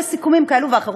יש סיכומים כאלה ואחרים,